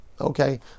Okay